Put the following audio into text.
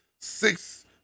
six